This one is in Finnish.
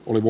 oliko